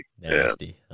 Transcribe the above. nasty